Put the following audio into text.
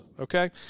okay